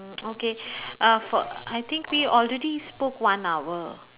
uh okay uh for I think we already spoke one hour